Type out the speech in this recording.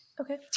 Okay